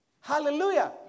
Hallelujah